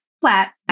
flat